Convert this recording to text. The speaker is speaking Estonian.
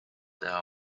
teha